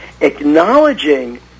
acknowledging